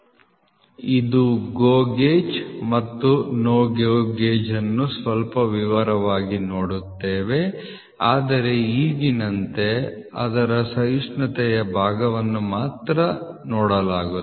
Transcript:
ನಾವು GO gauge ಮತ್ತು NOT GO gauge ಅನ್ನು ಸ್ವಲ್ಪ ವಿವರವಾಗಿ ನೋಡುತ್ತೇವೆ ಆದರೆ ಈಗಿನಂತೆ ಅದರ ಸಹಿಷ್ಣುತೆಯ ಭಾಗವನ್ನು ಮಾತ್ರ ನೋಡಲಾಗುತ್ತದೆ